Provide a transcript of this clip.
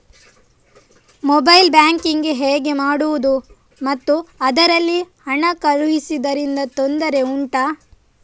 mobile banking ಹೇಗೆ ಮಾಡುವುದು ಮತ್ತು ಅದರಲ್ಲಿ ಹಣ ಕಳುಹಿಸೂದರಿಂದ ತೊಂದರೆ ಉಂಟಾ